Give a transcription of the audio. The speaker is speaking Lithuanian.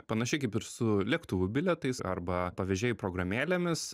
panašiai kaip ir su lėktuvų bilietais arba pavežėjų programėlėmis